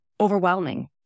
overwhelming